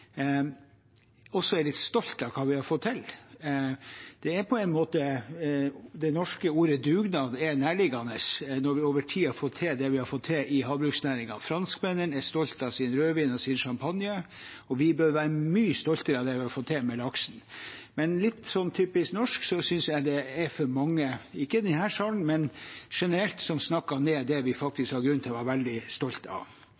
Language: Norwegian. også er litt stolt av hva vi har fått til. Det norske ordet «dugnad» er nærliggende når vi over tid har fått til det vi har fått til i havbruksnæringen. Franskmennene er stolte av sin rødvin og champagne, og vi bør være mye stoltere av det vi har fått til med laksen. Men, som noe litt typisk norsk, synes jeg det er for mange – ikke i denne salen, men generelt – som snakker ned det vi faktisk har grunn til å være veldig stolte av.